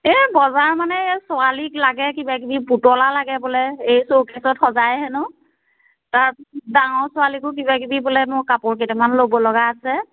এই বজাৰ মানে এই ছোৱালীক লাগে কিবা কিবি পুতলা লাগে বোলে এই চৌকেছত সজাই হেনো তাৰপিছত ডাঙৰ ছোৱালীকো কিবা কিবি বোলে মোৰ কাপোৰ কেইটামান ল'ব লগা আছে